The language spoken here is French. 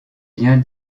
bien